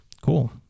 cool